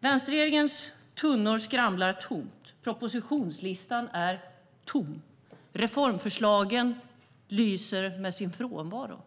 Vänsterregeringens tunnor skramlar tomt. Propositionslistan är tom. Reformförslagen lyser med sin frånvaro.